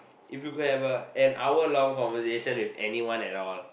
if you could have a an hour long conversation with anyone at all